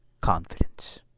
confidence